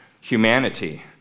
humanity